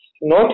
note